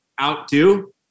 outdo